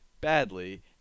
badly